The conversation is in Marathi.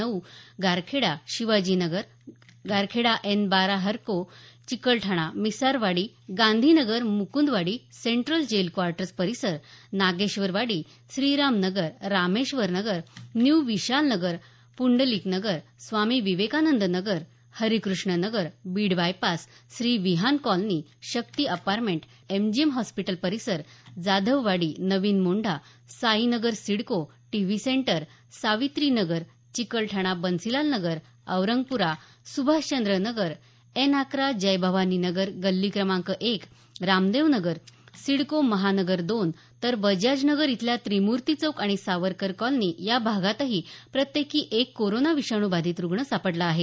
नऊ गारखेडा शिवाजी नगर गारखेडा एन बारा हडको Chikalthana Misarwadi Gandhi Nagar Mukundwadi central jail quarters परिसर Nageshwarwadi Shriram Nagar Rameshwar Nagar new Vishal Nagar Pundlik Nagar Swami Vivekanand Nagar Harikrishna Nagar Beed bypass Shrivihan colony Shakti apartment MGM hospital परिसर Jadhavwadi Navin Mondha Sai Nagar CIDCO TV centre Savitri Nagar Chikalthana Bansilal Nagar Aurangpura Subhashchandra Nagar N अकरा जय भवानी नगर गल्ली क्रमांक एक रामदेव नगर सिडको महानगर दोन तर बजाज नगर इथल्या त्रिमूर्ती चौक आणि सावरकर कॉलनी या भागातही प्रत्येकी एक कोरोना विषाणू बाधित रुग्ण सापडला आहे